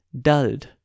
dulled